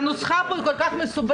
הנוסחה פה היא כל כך מסובכת,